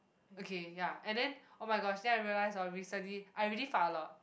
okay ya and then oh-my-gosh then I realised oh recently I really fart a lot